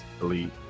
Elite